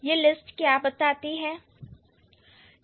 यह लिस्ट क्या बताती है